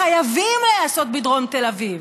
חייבים להיעשות בדרום תל אביב.